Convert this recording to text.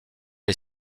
est